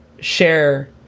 share